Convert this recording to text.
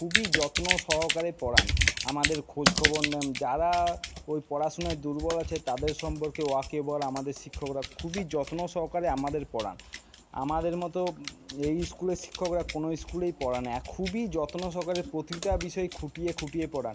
খুবই যত্ন সহকারে পড়ান আমাদের খোঁজ খবর নেন যারা ওই পড়াশোনায় দুর্বল আছে তাদের সম্পর্কে ওয়াকিবহল আমাদের শিক্ষকরা খুবই যত্ন সহকারে আমাদের পড়ান আমাদের মতো এই স্কুলের শিক্ষকরা কোনো ইস্কুলেই পড়ান না এক খুবই যত্ন সহকারে প্রতিটা বিষয় খুঁটিয়ে খুঁটিয়ে পড়ান